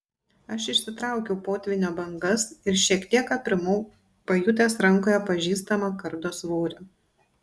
aš išsitraukiau potvynio bangas ir šiek tiek aprimau pajutęs rankoje pažįstamą kardo svorį